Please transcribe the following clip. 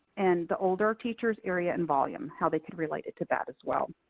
and the older teachers, area and volume how they could relate it to that as well.